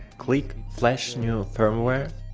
click flash new firmware,